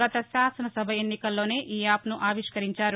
గత శాసనసభ ఎన్నికల్లోనే ఈ యాప్ను ఆవిష్కరించారు